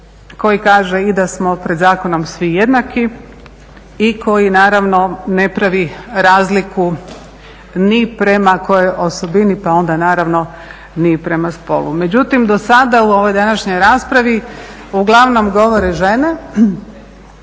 koji kaže i da smo pred zakonom svi jednaki i koji naravno ne pravi razliku ni prema kojoj osobini pa onda naravno ni prema spolu. Međutim, dosada u ovoj današnjoj raspravi uglavnom govore žene